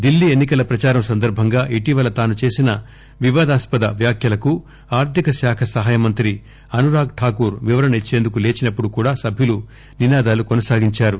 ఢిల్లీ ఎన్నికల ప్రదారం సందర్బంగా ఇటీవల తాను చేసిన వివాదాస్పద వ్యాఖ్యలకు ఆర్దిక శాఖ సహాయ మంత్రి అనురాగ్ ఠాకూర్ వివరణ ఇచ్చేందుకు లేచినప్పుడు కూడా సభ్యులు నినాదాలు కొనసాగించారు